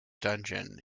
dungeon